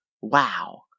Wow